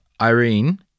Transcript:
Irene